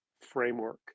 framework